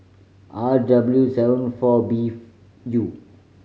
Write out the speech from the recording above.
R W seven four B U